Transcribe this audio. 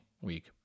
week